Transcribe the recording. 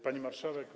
Pani Marszałek!